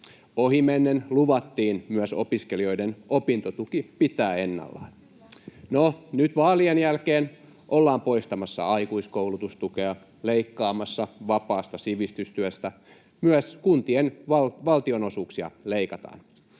Ohimennen luvattiin myös opiskelijoiden opintotuki pitää ennallaan. [Eeva-Johanna Eloranta: Kyllä!] No, nyt vaalien jälkeen ollaan poistamassa aikuiskoulutustukea ja leikkaamassa vapaasta sivistystyöstä, myös kuntien valtionosuuksia leikataan